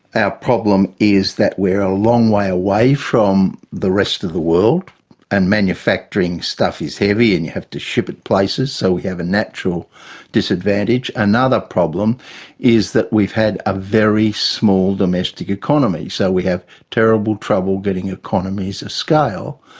our problem is that we're a long way away from the rest of the world and manufacturing stuff is heavy and you have to ship it places, so we have a natural disadvantage. another problem is that we've had a very small domestic economy, so we have terrible trouble getting economies of scale,